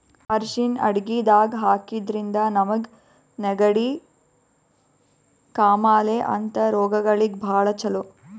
ಅರ್ಷಿಣ್ ಅಡಗಿದಾಗ್ ಹಾಕಿದ್ರಿಂದ ನಮ್ಗ್ ನೆಗಡಿ, ಕಾಮಾಲೆ ಅಂಥ ರೋಗಗಳಿಗ್ ಭಾಳ್ ಛಲೋ